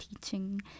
teaching